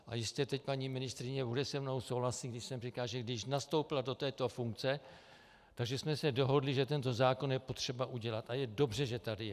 A jistě teď paní ministryně bude se mnou souhlasit, když jsem říkal, že když nastoupila do této funkce, tak jsme se dohodli, že tento zákon je potřeba udělat, a je dobře, že tady je.